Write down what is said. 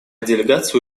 делегация